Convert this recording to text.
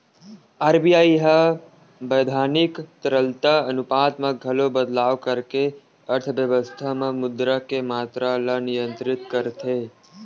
RBI ह बैधानिक तरलता अनुपात म घलो बदलाव करके अर्थबेवस्था म मुद्रा के मातरा ल नियंत्रित करथे